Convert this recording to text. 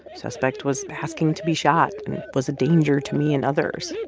suspect was asking to be shot and was a danger to me and others